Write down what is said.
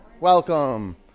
Welcome